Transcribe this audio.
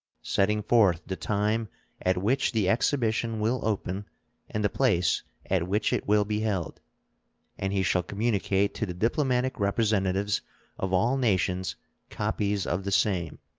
setting forth the time at which the exhibition will open and the place at which it will be held and he shall communicate to the diplomatic representatives of all nations copies of the same,